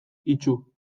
itsu